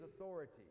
authority